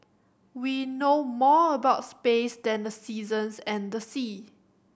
we know more about space than the seasons and the sea